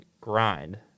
grind